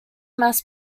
mass